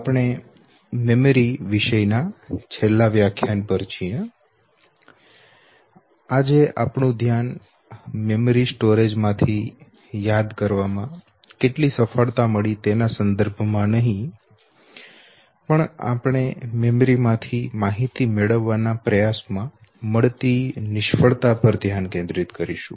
આપણે મેમરી વિષય ના છેલ્લા વ્યાખ્યાન પર છીએ આજે આપણુ ધ્યાન મેમરી સ્ટોરેજ માંથી યાદ કરવામાં કેટલી સફળતા મળી તેના સંદર્ભમાં નહીં આપણે મેમરી માંથી માહિતી મેળવવાના પ્રયાસમાં મળતી નિષ્ફળતા પર ધ્યાન કેન્દ્રિત કરીશું